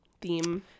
theme